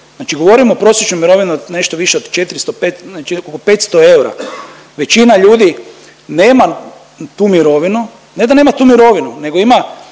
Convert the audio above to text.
Znači govorim o prosječnoj mirovini od nešto više od 405 znači oko 500 eura. Većina ljudi nema tu mirovinu, ne da nema tu mirovinu nego ima